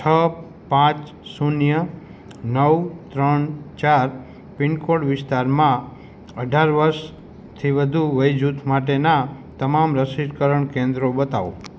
છ પાંચ શૂન્ય નવ ત્રણ ચાર પિનકોડ વિસ્તારમાં અઢાર વર્ષથી વધુ વયજૂથ માટેનાં તમામ રસીકરણ કેન્દ્રો બતાવો